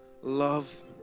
love